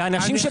אני